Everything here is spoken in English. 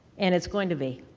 and it's going to be